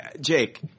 Jake